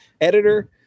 editor